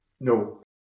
No